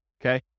okay